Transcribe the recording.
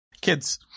Kids